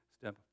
step